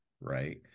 right